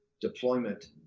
deployment